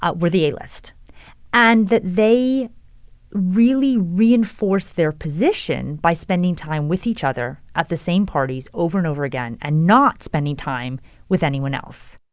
were the a list and that they really reinforce their position by spending time with each other at the same parties over and over again and not spending time with anyone else